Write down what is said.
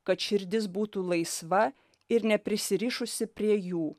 kad širdis būtų laisva ir neprisirišusi prie jų